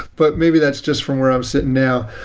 but maybe that's just from where i'm sitting now.